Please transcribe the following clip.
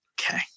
Okay